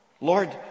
Lord